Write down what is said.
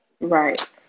Right